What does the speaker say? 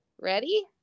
ready